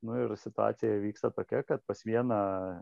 nu ir situacija vyksta tokia kad pas vieną